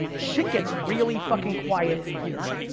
shit gets really fucking quiet in here.